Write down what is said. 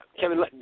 Kevin